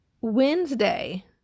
Wednesday